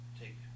take